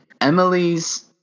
Emily's